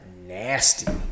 nasty